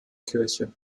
kirche